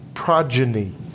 Progeny